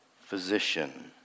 physician